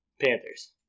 Panthers